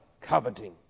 Coveting